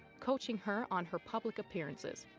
coaching her on her public appearances.